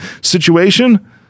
situation